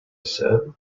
said